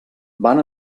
van